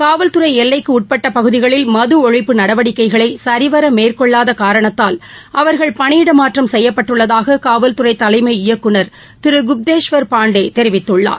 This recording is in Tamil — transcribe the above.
காவல்துறை எல்லைக்கு உட்பட்ட பகுதிகளில் மது ஒழிப்பு நடவடிக்கைகளை சிவர மேற்கொள்ளாத காரணத்தால் அவர்கள் பணியிடமாற்றம் செய்யப்பட்டுள்ளதாக காவல்துறை தலைமை இயக்குநர் திரு குப்தேஷ்வர் பாண்டே தெரிவித்துள்ளார்